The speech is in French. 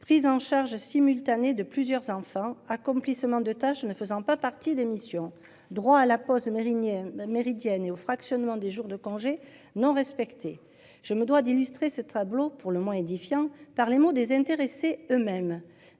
Prise en charge simultanée de plusieurs enfants accomplissement de tâches, ne faisant pas partie d'émission, droit à la pause méridienne Méridienne et au fractionnement des jours de congé non respectés. Je me dois d'illustrer ce tableau pour le moins édifiant par les mots des intéressés eux-mêmes